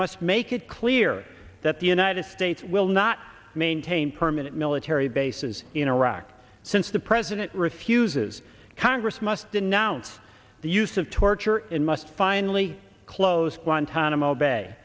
must make it clear that the united states will not maintain permanent military bases in iraq since the president refuses congress must denounce the use of torture in must finally close guantanamo bay